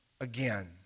again